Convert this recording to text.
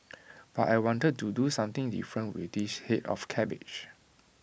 but I wanted to do something different with this Head of cabbage